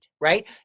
Right